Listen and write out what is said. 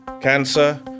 cancer